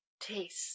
taste